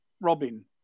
Robin